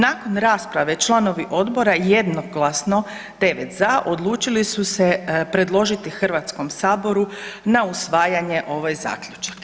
Nakon rasprave, članovi odbora jednoglasno, 9 za, odlučili su se predložiti Hrvatskom saboru na usvajanje ovaj zaključak.